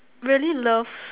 really loves